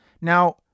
Now